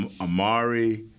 Amari